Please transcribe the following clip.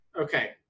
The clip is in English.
Okay